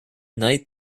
night